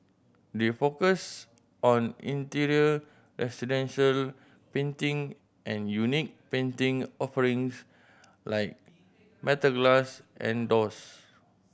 they focus on interior residential painting and unique painting offerings like metal glass and doors